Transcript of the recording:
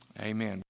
Amen